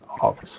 office